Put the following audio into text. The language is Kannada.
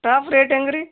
ಟಾಪ್ರೇ ರೇಟ್ ಹೆಂಗ್ ರೀ